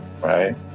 right